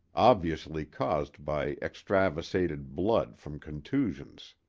obviously caused by extravasated blood from contusions.